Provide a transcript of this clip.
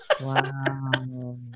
Wow